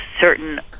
certain